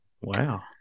wow